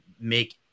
make